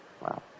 Wow